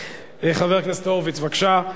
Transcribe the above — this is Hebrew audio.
חבר הכנסת ניצן הורוביץ, בבקשה.